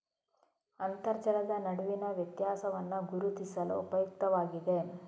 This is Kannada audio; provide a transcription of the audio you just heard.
ಅಂತರ್ಜಲದ ನಡುವಿನ ವ್ಯತ್ಯಾಸವನ್ನು ಗುರುತಿಸಲು ಉಪಯುಕ್ತವಾಗಿದೆ